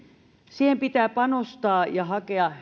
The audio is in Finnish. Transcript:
siihen pitää panostaa ja hakea